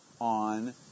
on